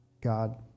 God